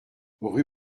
rue